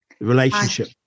relationship